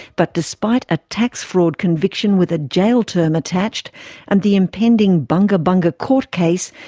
but despite a tax fraud conviction with a jail term attached and the impending bunga bunga court case,